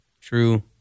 True